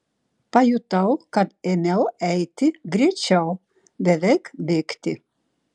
pajutau kad ėmiau eiti greičiau beveik bėgti